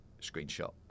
screenshot